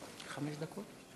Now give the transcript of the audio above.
חמש דקות.